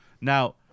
now